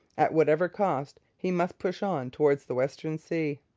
at whatever cost, he must push on towards the western sea.